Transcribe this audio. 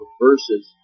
verses